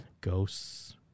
Ghosts